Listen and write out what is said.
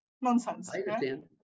nonsense